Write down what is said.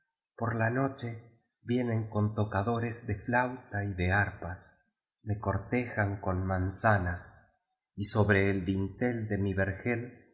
por la noche vienen con tocadores de flauta y de arpas me cortejan con manzanas y sobre el dintel de mi